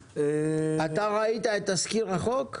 ראית את תזכיר החוק?